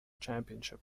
championship